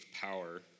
power